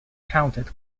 counted